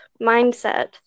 mindset